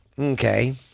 Okay